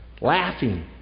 laughing